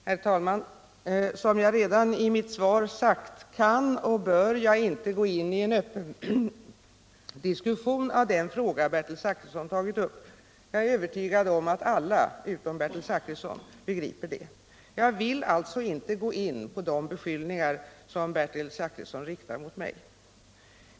Herr talman! Som jag redan i mitt svar sagt kan och bör jag inte gå in i en öppen diskussion av den fråga Bertil Zachrisson tagit upp. Jag är övertygad om att alla utom Bertil Zachrisson begriper det. Jag vill alltså inte gå in på de beskyllningar som Bertil Zachrisson riktar mot mig.